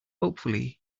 hopefully